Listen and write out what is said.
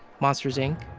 monsters, inc,